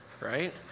right